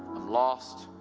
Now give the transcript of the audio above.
lost